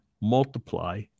multiply